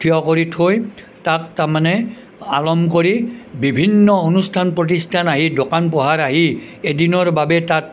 থিয় কৰি থৈ তাক তাৰমানে আলম কৰি বিভিন্ন অনুষ্ঠান প্ৰতিষ্ঠান আহি দোকান পোহাৰ আহি এদিনৰ বাবে তাত